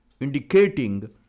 indicating